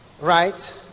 right